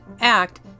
act